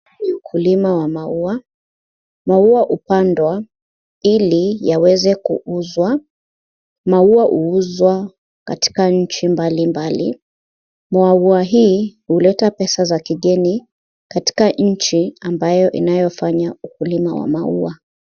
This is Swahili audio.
Ukulima wa maua, maua hupandwa ili yaweze kuuzwa, maua huuzwa katika nchi mbalimbali, maua hii huleta pesa za kigeni katika nchi ambayo inayofanya ukulima wa maua.